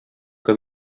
que